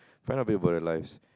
find out about people's life